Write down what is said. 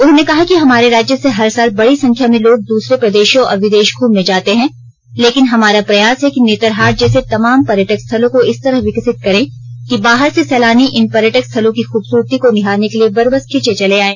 उन्होंने कहा कि हमारे राज्य से हर साल बड़ी संख्या में लोग दूसरे प्रदेशों और विदेश घूमने जाते हैं लेकिन हमारा प्रयास है कि नेतरहाट जैसे तमाम पर्यटक स्थलों को इस तरह विकसित करें कि बाहर से सैलानी इन पर्यटक स्थलों की खूबसूरती को निहारने के लिए बरबस खींचे चले आएं